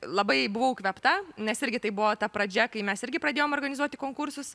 labai buvau įkvėpta nes irgi tai buvo ta pradžia kai mes irgi pradėjom organizuoti konkursus